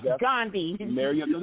Gandhi